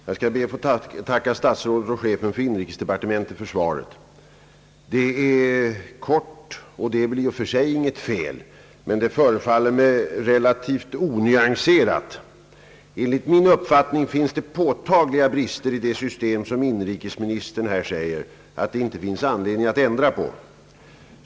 Herr talman! Jag skall be att få tacka statsrådet och chefen för inrikesdepartementet för svaret. Det är kort — något som väl i och för sig inte är ett fel — men det förefaller mig också relativt onyanserat. Enligt min uppfattning finns påtagliga brister i det system som inrikesministern här säger att man inte har någon anledning att ändra på.